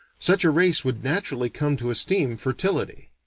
such a race would naturally come to esteem fertility.